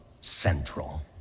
central